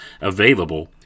available